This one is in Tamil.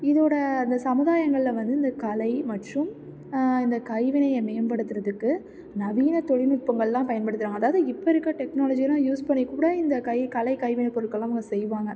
இதோடய அந்த சமுதாயங்களில் வந்து இந்த கலை மற்றும் இந்த கைவினையை மேம்படுத்துகிறதுக்கு நவீன தொழில்நுட்பங்கள்ல்லாம் பயன்படுத்துகிறாங்க அதாவது இப்போ இருக்கிற டெக்னாலஜியெல்லாம் யூஸ் பண்ணிக் கூட இந்த கை கலை கைவினைப் பொருட்களெல்லாம் அவங்க செய்வாங்க